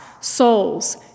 souls